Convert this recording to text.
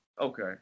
Okay